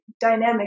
dynamic